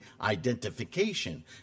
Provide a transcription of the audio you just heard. identification